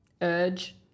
Urge